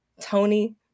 Tony